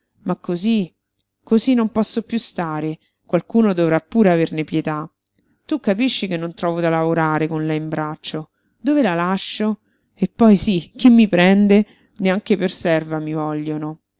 ma cosí cosí non posso piú stare qualcuno dovrà pure averne pietà tu capisci che non trovo da lavorare con lei in braccio dove la lascio e poi sí chi mi prende neanche per serva mi vogliono